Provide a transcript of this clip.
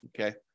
Okay